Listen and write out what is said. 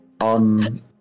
on